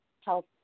health